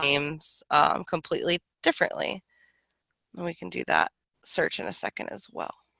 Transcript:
names completely differently we can do that search in a second as well